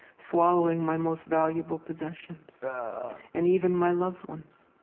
swallowing my most valuable possessions and even my loved ones.